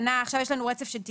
עכשיו יש לנו רצף של תיקונים: